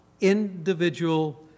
individual